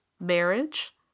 marriage